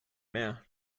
mehr